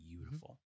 beautiful